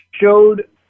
showed